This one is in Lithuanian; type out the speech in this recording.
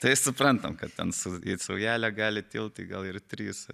tai suprantam kad ten su į saujelę gali tilpti gal ir trys